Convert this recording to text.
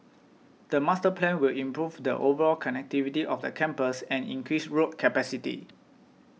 the master plan will improve the overall connectivity of the campus and increase road capacity